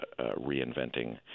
reinventing